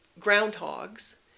groundhogs